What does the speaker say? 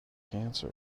cancer